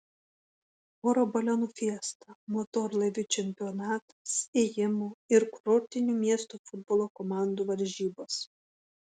oro balionų fiesta motorlaivių čempionatas ėjimo ir kurortinių miestų futbolo komandų varžybos